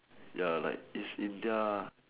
ya like is in their